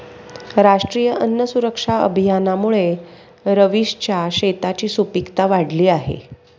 राष्ट्रीय अन्न सुरक्षा अभियानामुळे रवीशच्या शेताची सुपीकता वाढली आहे